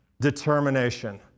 determination